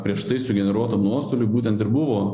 prieš tai sugeneruotų nuostolių būtent ir buvo